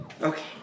Okay